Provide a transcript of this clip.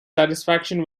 satisfaction